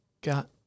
got